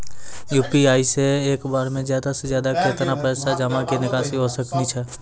UPI से एक बार मे ज्यादा से ज्यादा केतना पैसा जमा निकासी हो सकनी हो?